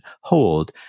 hold